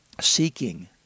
seeking